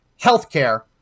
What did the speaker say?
healthcare